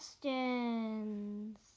questions